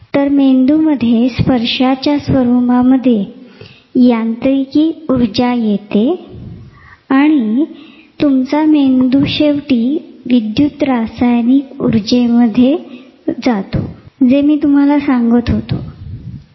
तर मेंदूमध्ये स्पर्शाच्या स्वरूपामध्ये यांत्रिकी उर्जा येते आणि शेवटी तुमचा मेंदू शेवटी विद्युतरासायनिक चक्रामध्ये उर्जेचे रुपांतर करतो